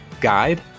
guide